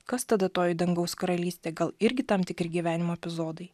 kas tada toji dangaus karalystė gal irgi tam tikri gyvenimo epizodai